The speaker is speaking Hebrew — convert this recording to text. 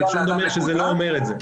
אני פשוט אומר שזה לא אומר את זה.